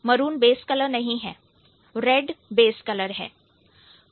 maroon base colour नहीं है red base colour है